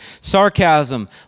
Sarcasm